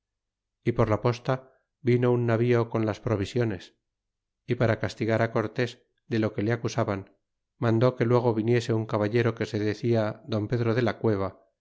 y por la posta vino un navío con las provisiones y para castigar á cortés de lo que le acusaban mandó que luego viniese un caballero que se decia don pedro de la cueva